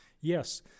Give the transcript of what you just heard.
yes